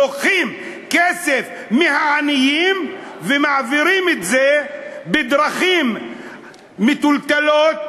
לוקחים כסף מהעניים ומעבירים את זה בדרכים מטולטלות,